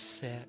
set